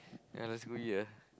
ya let's go eat ah